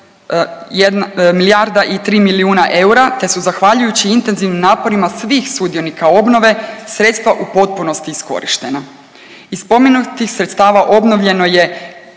milijarda i tri milijuna eura, te su zahvaljujući intenzivnim naporima svih sudionika obnove sredstva u potpunosti iskorištena. Iz spomenutih sredstava obnovljeno je